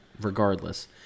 regardless